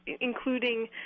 including